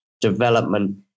development